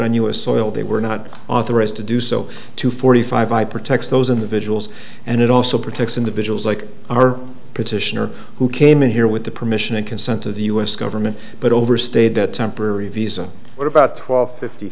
on u s soil they were not authorized to do so to forty five protects those individuals and it also protects individuals like our petitioner who came in here with the permission and consent of the u s government but overstayed that temporary visa what about twelve fifty